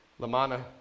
Lamana